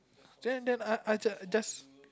then then I I just I just